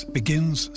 begins